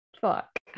Fuck